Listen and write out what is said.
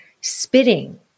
spitting